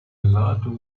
lot